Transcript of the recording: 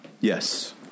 Yes